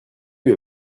lui